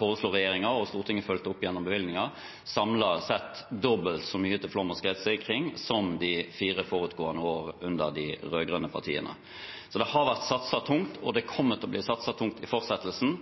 foreslo regjeringen – og Stortinget fulgte opp gjennom bevilgninger – samlet sett dobbelt så mye til flom- og skredsikring som i de fire foregående år under de rød-grønne partiene. Så det har vært satset tungt, og det kommer til å bli satset tungt i fortsettelsen.